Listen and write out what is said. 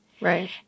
Right